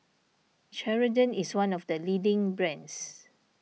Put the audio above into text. Ceradan is one of the leading brands